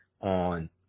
on